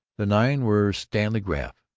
the nine were stanley graff,